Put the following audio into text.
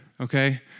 Okay